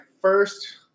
first